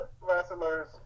wrestlers